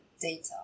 data